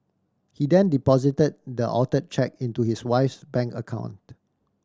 he then deposited the altered cheque into his wife's bank account